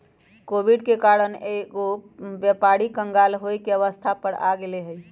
Covid के कारण कएगो व्यापारी क़ँगाल होये के अवस्था पर आ गेल हइ